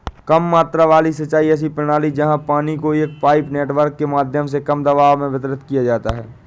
कम मात्रा वाली सिंचाई ऐसी प्रणाली है जहाँ पानी को एक पाइप नेटवर्क के माध्यम से कम दबाव में वितरित किया जाता है